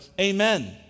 Amen